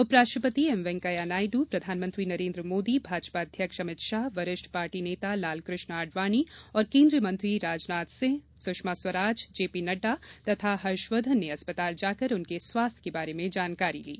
उप राष्ट्रपति एम वैंकेया नायडू प्रधानमंत्री नरेन्द्र मोदी भाजपा अध्यक्ष अमित शाह वरिष्ठ पार्टी नेता लालकृष्ण आडवाणी और केंद्रीय मंत्री राजनाथ सिंह सुषमा स्वराज जे पी नड्डा तथा हर्षवर्धन ने अस्पताल जाकर उनके स्वास्थ्य के बारे में जानकारी ली